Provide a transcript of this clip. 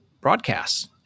broadcasts